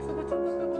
שלום גם למי שהצליח לעלות